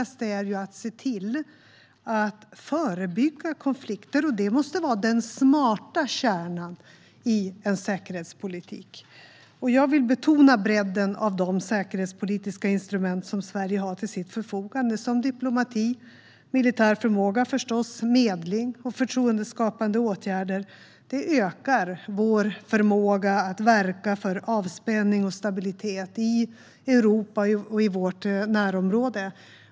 Det viktigaste är ju att se till att förebygga konflikter, och det måste vara den smarta kärnan i en säkerhetspolitik. Jag vill betona bredden av de säkerhetspolitiska instrument Sverige har till sitt förfogande, som diplomati och - förstås - militär förmåga, liksom medling och förtroendeskapande åtgärder. Det ökar vår förmåga att verka för avspänning och stabilitet i Europa och vårt närområde.